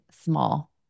small